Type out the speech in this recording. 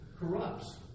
corrupts